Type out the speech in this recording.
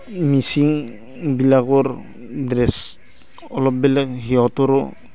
মিচিংবিলাকৰ dress অলপ বেলেগ সিহঁতৰো